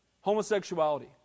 Homosexuality